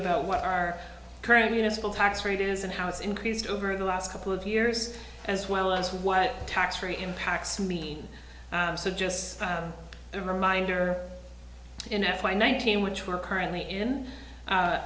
about what our current municipal tax rate is and how it's increased over the last couple of years as well as what tax free impacts mean so just a reminder in f y nineteen which we're currently in